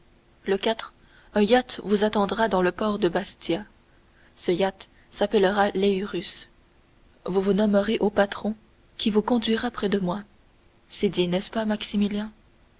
le yacht vous attendra dans le port de bastia ce yacht s'appellera l'eurus vous vous nommerez au patron qui vous conduira près de moi c'est dit n'est-ce pas maximilien